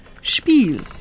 spiel